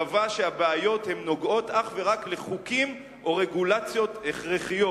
קבע שהבעיות נוגעות אך ורק לחוקים או לרגולציות הכרחיות,